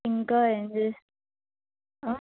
ఇంకా ఏమి చేస్తే